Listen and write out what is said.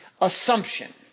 Assumption